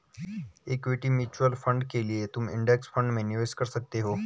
equity mutual fund के लिए तुम इंडेक्स फंड में निवेश कर सकते हो